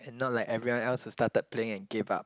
and not like everyone else who started playing and gave up